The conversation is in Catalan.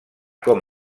com